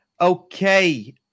okay